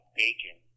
bacon